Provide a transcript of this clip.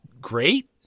great